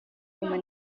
come